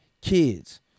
kids